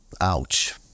Ouch